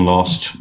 Lost